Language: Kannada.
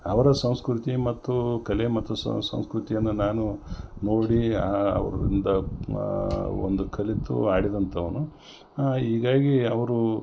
ಅವರ ಸಂಸ್ಕೃತಿ ಮತ್ತು ಕಲೆ ಮತ್ತು ಸಂಸ್ಕೃತಿಯನ್ನ ನಾನು ನೋಡಿ ಒಂದು ಒಂದು ಕಲಿತು ಆಡಿದಂತ್ವನು ಹೀಗಾಗಿ ಅವರು